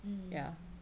mmhmm